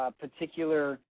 particular